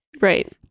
Right